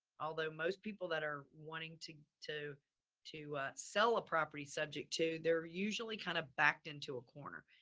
although most people that are wanting to to to sell a property subject to, they're usually kind of backed into a corner.